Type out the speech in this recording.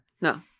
No